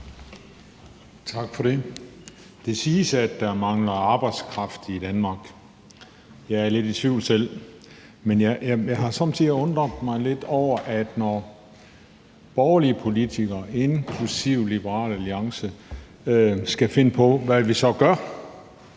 Tak for det. Det siges, at der mangler arbejdskraft i Danmark. Jeg er selv lidt i tvivl. Men jeg har somme tider undret mig lidt over, at når borgerlige politikere, inklusive Liberal Alliance, skal finde på, hvad vi så gør,